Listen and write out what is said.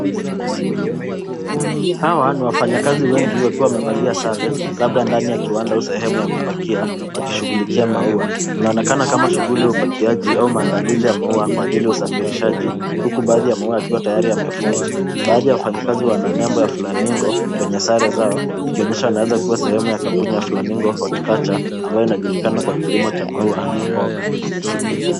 Hawa ni wafanyakazi wengi wakiwa wamevalia sare labda ndani ya kiwanda au sehemu ya kupakia wakishughulikia maua. Inaonekana kama shughuli ya upakiaji au maandalizi ya maua kwa ajili ya usafirishaji, huku baadhi ya maua yakiwa tayari yamefungwa. Baadhi ya wafanyakazi wana nembo ya flamingo kwenye sare zao ikionyesha wanaweza kuwa sehemu ya kampuni ya flamingo horticulture ambayo inajulikana kwa kilimo cha maua na mboga.